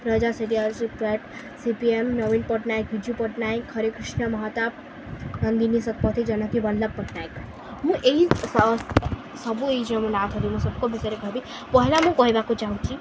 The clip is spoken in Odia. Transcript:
ପ୍ରଜା ସେରିଆଜ ପୋଟ ସି ଏମ୍ ନବୀନ ପଟ୍ଟନାୟକ ବିଜୁ ପଟ୍ଟନାୟକ ହରେକୃଷ୍ଣ ମହତାବ ନନ୍ଦିନୀ ଶତପଥି ଜାନକୀ ବଲ୍ଲଭ ପଟ୍ଟନାୟକ ମୁଁ ଏଇ ସବୁ ଏଇ ଜମନା ଆଗରେ ମୁଁ ସବକେ ବିଷୟରେ କହିବି ପହିଲା ମୁଁ କହିବାକୁ ଚାହୁଁଛି